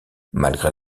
malgré